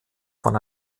von